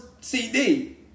CD